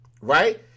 Right